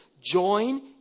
join